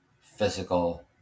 physical